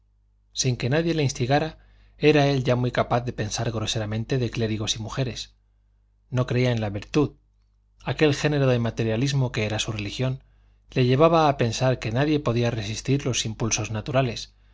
sin que nadie le instigara era él ya muy capaz de pensar groseramente de clérigos y mujeres no creía en la virtud aquel género de materialismo que era su religión le llevaba a pensar que nadie podía resistir los impulsos naturales